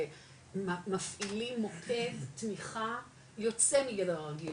שמפעילים מוקד תמיכה יוצא מגדר הרגיל,